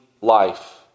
life